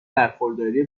برخورداری